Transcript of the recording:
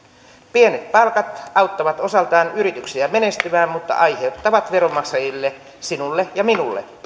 pienet palkat auttavat osaltaan yrityksiä menestymään mutta aiheuttavat veronmaksajille sinulle ja minulle